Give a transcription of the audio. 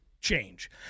change